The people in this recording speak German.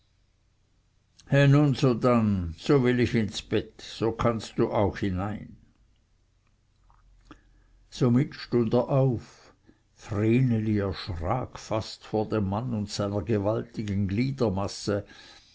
so will ich ins bett so kannst du auch hinein somit stund er auf vreneli erschrak fast vor dem mann und seiner gewaltigen